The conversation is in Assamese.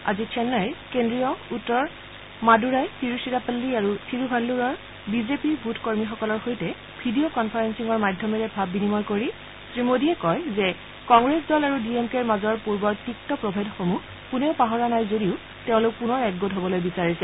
আজি চেন্নাইৰ কেন্দ্ৰীয় উত্তৰ মাদুৰাই তিৰুচিৰাপ্পাল্লী আৰু থিৰুভাল্বৰৰ বিজেপিৰ বুথ কৰ্মীসকলৰ সৈতে ভিডিঅ' কনফাৰেপ্পিঙৰ মাধ্যমেৰে ভাৱ বিনিময় কৰি শ্ৰীমোডীয়ে কয় যে কংগ্ৰেছ দল আৰু ডি এম কেৰ মাজৰ পূৰ্বৰ তিক্ত প্ৰভেদসমূহ কোনেও পাহৰা নাই যদিও তেওঁলোক পুনৰ একগোট হ'বলৈ বিচাৰিছে